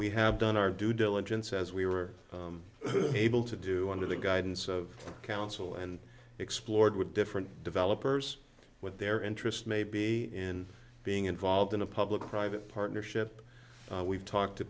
we have done our due diligence as we were able to do under the guidance of counsel and explored with different developers what their interest may be in being involved in a public private partnership we've talked